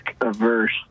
averse